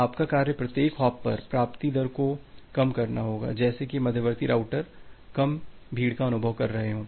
आपका कार्य प्रत्येक हॉप पर प्राप्ति दर को कम करना होगा जैसे कि मध्यवर्ती राउटर कम भीड़ का अनुभव कर रहे हों